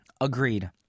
Agreed